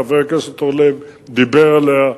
חבר הכנסת אורלב דיבר עליה.